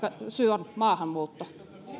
syy on maahanmuutto